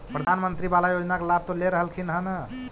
प्रधानमंत्री बाला योजना के लाभ तो ले रहल्खिन ह न?